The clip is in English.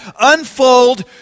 unfold